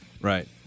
Right